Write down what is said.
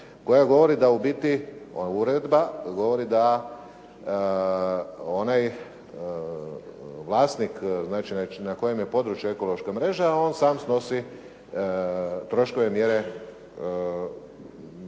koje govore da u biti ova uredba govori da vlasnik znači na kojem je području ekološka mreža, on sam snosi troškove mjere